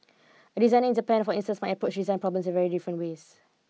a designer in Japan for instance approach design problems very different ways